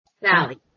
Sally